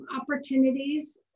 opportunities